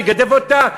מגדף אותה?